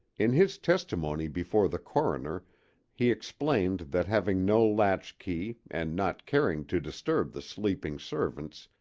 in his testimony before the coroner he explained that having no latchkey and not caring to disturb the sleeping servants,